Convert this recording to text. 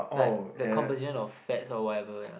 like the composition of fat or whatever yeah